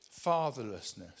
Fatherlessness